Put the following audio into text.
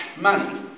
money